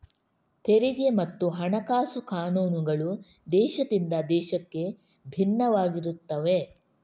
ತೆರಿಗೆ ಮತ್ತು ಹಣಕಾಸು ಕಾನೂನುಗಳು ದೇಶದಿಂದ ದೇಶಕ್ಕೆ ಭಿನ್ನವಾಗಿರುತ್ತವೆ